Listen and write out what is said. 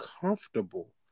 comfortable